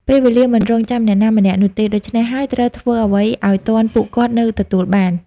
ពេលវេលាមិនរង់ចាំអ្នកណាម្នាក់នោះទេ ដូច្នេះហើយត្រូវធ្វើអ្វីអោយទាន់ពួកគាត់នៅទទួលបាន។